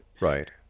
Right